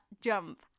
jump